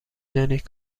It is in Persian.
دانید